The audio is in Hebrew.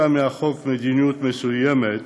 מהחוק מדינות מסוימות